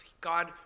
God